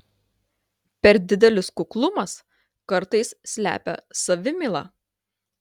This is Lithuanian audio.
per didelis kuklumas kartais slepia savimylą